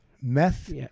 Meth